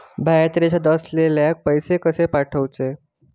बाहेरच्या देशात असलेल्याक पैसे कसे पाठवचे?